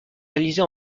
réalisée